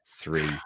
three